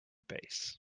base